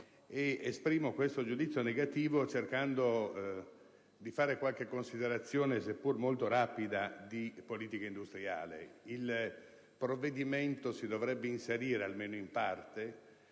negativo, e lo motiverò cercando di fare qualche considerazione seppur molto rapida di politica industriale. Il provvedimento si dovrebbe inserire, almeno in parte,